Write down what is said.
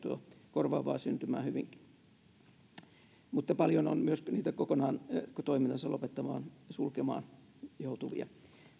korvaavaa liikevaihtoa syntymään hyvinkin mutta paljon on myös niitä kokonaan toimintansa lopettamaan ja sulkemaan joutuvia